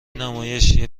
نمایش، یه